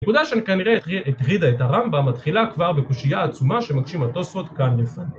נקודה שאני כנראה הטרידה את הרמב"ם, מתחילה כבר בקושייה עצומה שמקשים התוספות כאן...